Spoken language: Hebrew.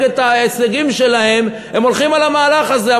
את ההישגים שלהם הם הולכים על המהלך הזה.